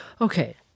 Okay